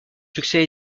succès